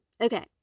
Okay